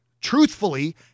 truthfully